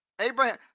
Abraham